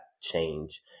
change